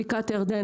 בקעת הירדן.